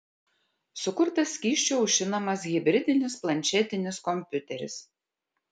sukurtas skysčiu aušinamas hibridinis planšetinis kompiuteris